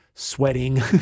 sweating